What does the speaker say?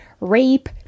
rape